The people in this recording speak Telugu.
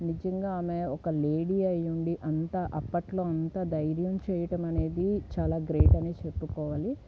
నిజంగా ఆమె ఒక లేడీ అయ్యుండి అంత అప్పట్లో అంత ధైర్యం చెయ్యటం అనేది చాలా గ్రేట్ అనే చెప్పుకోవాలి